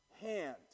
hand